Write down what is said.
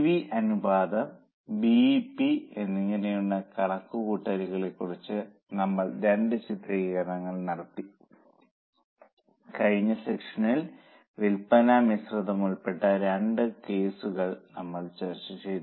V അനുപാതം BEP എന്നിങ്ങനെയുള്ള കണക്കുകൂട്ടലിനെക്കുറിച്ച് നമ്മൾ രണ്ട് ചിത്രീകരണങ്ങൾ നടത്തി കഴിഞ്ഞ സെഷനിൽ വിൽപ്പന മിശ്രിതം ഉൾപ്പെട്ട രണ്ട് കേസുകൾ നമ്മൾ ചെയ്തു